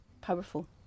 powerful